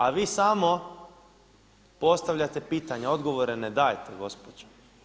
A vi samo postavljate pitanje, odgovore ne dajete gospođo.